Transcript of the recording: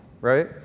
right